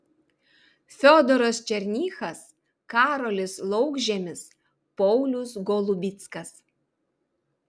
fiodoras černychas karolis laukžemis paulius golubickas